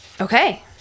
Okay